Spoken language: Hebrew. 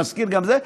להשכיר גם את זה,